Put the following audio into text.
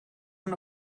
man